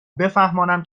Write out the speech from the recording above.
بفهمانم